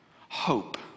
hope